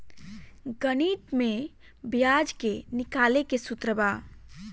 गणित में ब्याज के निकाले के सूत्र बा